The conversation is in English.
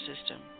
system